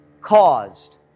caused